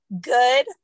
good